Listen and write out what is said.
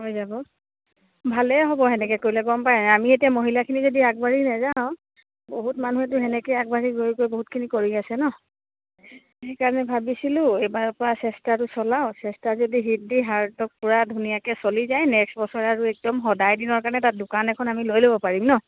হৈ যাব ভালেই হ'ব সেনেকে কৰিলে গম পাই নাই আমি এতিয়া মহিলাখিনি যদি আগবাঢ়ি নাযাওঁ বহুত মানুহতো সেনেকে আগবাঢ়ি গৈ গৈ বহুতখিনি কৰি আছে ন সেইকাৰণে ভাবিছিলোঁ এইবাৰ পৰা চেষ্টাটো চলাওঁ চেষ্টা যদি হিত দি হাৰ্ডক পূৰা ধুনীয়াকে চলি যায় নেক্সট বছৰ আৰু একদম সদায় দিনৰ কাৰণে তাত দোকান এখন আমি লৈ ল'ব পাৰিম ন